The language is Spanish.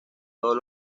todos